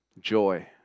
joy